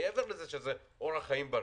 מעבר לזה שזה אורח חיים בריא,